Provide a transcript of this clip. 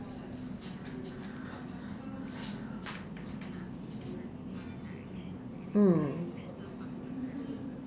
mm